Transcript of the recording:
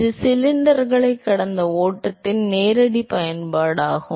இது சிலிண்டர்களைக் கடந்த ஓட்டத்தின் நேரடிப் பயன்பாடாகும்